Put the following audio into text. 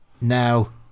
now